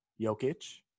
Jokic